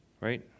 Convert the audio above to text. Right